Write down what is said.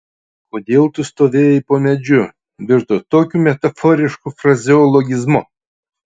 kodėl tu stovėjai po medžiu virto tokiu metaforišku frazeologizmu